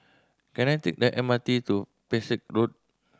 can I take the M R T to Pesek Road